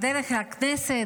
בדרך לכנסת